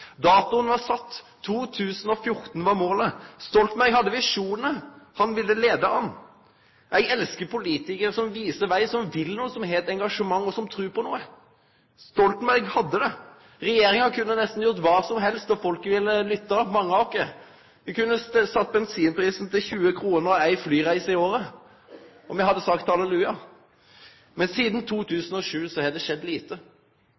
Datoen var sett. 2014 var målet. Stoltenberg hadde visjonar. Han ville leie an. Eg elskar politikarar som viser veg, som vil noko, som har eit engasjement, og som trur på noko. Stoltenberg hadde det! Regjeringa kunne nesten gjort kva som helst, og folket – mange av oss – ville lytta. Ein kunne sett bensinprisen til 20 kr og hatt ei flyreise i året, og me hadde sagt halleluja. Men sidan 2007 har det skjedd lite.